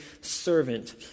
servant